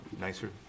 nicer